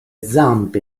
zampe